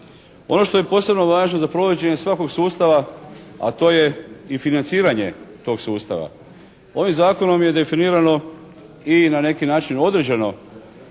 Ono što je posebno važno za provođenje svakog sustava, a to je i financiranje tog sustava. Ovim Zakonom je definirano i na neki način određeno